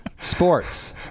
Sports